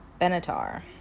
Benatar